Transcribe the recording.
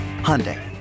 Hyundai